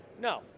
No